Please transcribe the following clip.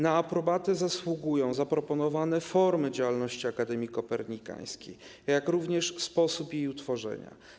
Na aprobatę zasługują zaproponowane formy działalności Akademii Kopernikańskiej, jak również sposób jej utworzenia.